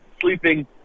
sleeping